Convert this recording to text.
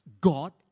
God